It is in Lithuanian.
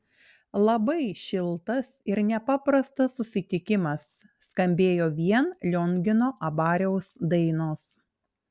labai šiltas ir nepaprastas susitikimas skambėjo vien liongino abariaus dainos